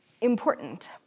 important